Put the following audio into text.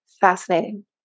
fascinating